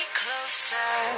closer